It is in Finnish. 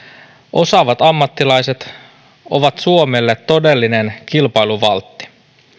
osaavat ammattilaiset ovat suomelle todellinen kilpailuvaltti